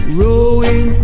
rowing